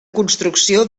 construcció